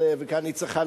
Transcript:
וכאן היא צריכה,